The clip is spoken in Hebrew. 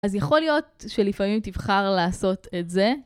אז יכול להיות שלפעמים תבחר לעשות את זה?